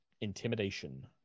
intimidation